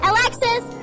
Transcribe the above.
Alexis